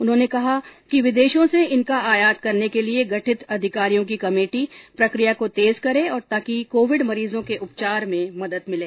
उन्होंने कहा कि विदेशों से इनका आयात करने के लिए गठित अधिकारियों की कमेटी प्रक्रिया को तेज करें ताकि कोविड मरीजों के उपचार में मदद मिले